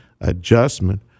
adjustment